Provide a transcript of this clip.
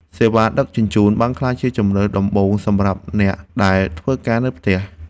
សេវាដឹកជញ្ជូន បានក្លាយជាជម្រើសដំបូងសម្រាប់អ្នកដែលធ្វើការនៅផ្ទះ។